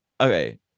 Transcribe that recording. Okay